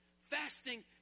Fasting